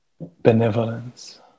benevolence